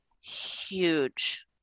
huge